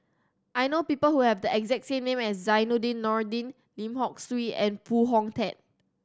I know people who have the exact name as Zainudin Nordin Lim Hock Siew and Foo Hong Tatt